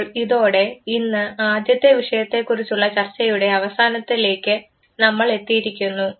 അപ്പോൾ ഇതോടെ ഇന്ന് ആദ്യത്തെ വിഷയത്തെക്കുറിച്ചുള്ള ചർച്ചയുടെ അവസാനത്തിലേക്ക് നമ്മൾ എത്തിയിരിക്കുന്നു